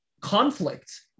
conflict